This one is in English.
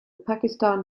pakistan